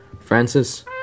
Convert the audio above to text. Francis